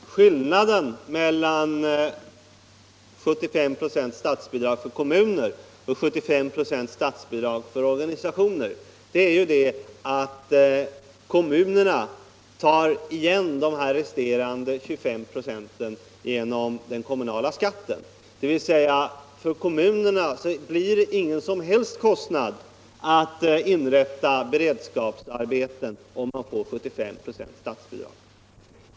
Herr talman! Skillnaden mellan 75 96 statsbidrag för kommuner och 75 96 statsbidrag för organisationer är ju att kommunerna tar igen resterande 25 96 genom den kommunala skatten. För kommunerna blir det alltså ingen som helst kostnad för inrättande av beredskapsarbeten om de får 75 96 statsbidrag.